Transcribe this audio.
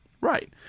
Right